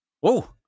Whoa